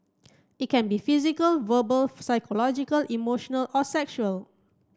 it can be physical verbal psychological emotional or sexual